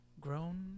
grown